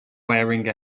wearing